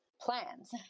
plans